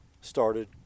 started